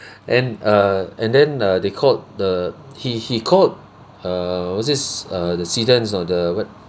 and err and then uh they called the he he called err was this err the or the what